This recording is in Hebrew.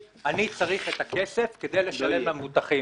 שהוא צריך את הכסף כדי לשלם למבוטחים.